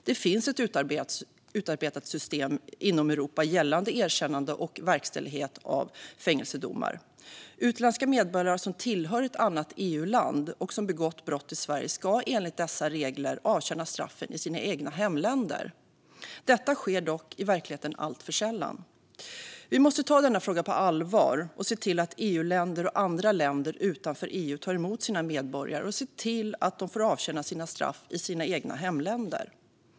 Det finns ett utarbetat system inom Europa gällande erkännande och verkställighet av fängelsedomar. Utländska medborgare som tillhör ett annat EU-land och som begått brott i Sverige ska enligt dessa regler avtjäna straffen i sina egna hemländer. Detta sker dock i verkligheten alltför sällan. Vi måste ta denna fråga på allvar och se till att EU-länder liksom länder utanför EU tar emot sina medborgare och ser till att de får avtjäna sina straff i sina egna hemländer.